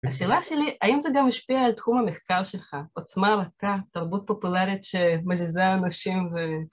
השאלה שלי, האם זה גם משפיע על תחום המחקר שלך? עוצמה רכה, תרבות פופולרית שמזיזה אנשים ו...